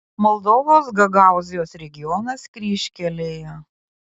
moldovos gagaūzijos regionas kryžkelėje